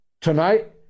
tonight